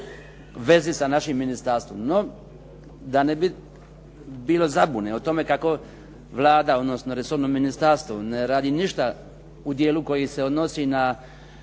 vezi sa našim ministarstvom. No, da ne bi bilo zabune o tome kako Vlada odnosno resorno ministarstvo ne radi ništa u dijelu koji se odnosi na